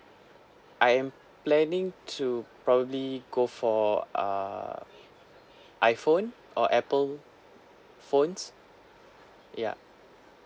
I am planning to probably go for uh iphone or apple phones ya